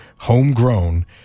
homegrown